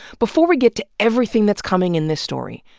before we get to everything that's coming in this story,